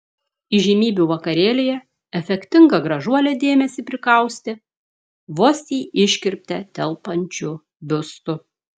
įžymybių vakarėlyje efektinga gražuolė dėmesį prikaustė vos į iškirptę telpančiu biustu